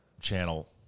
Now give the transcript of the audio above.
Channel